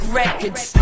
records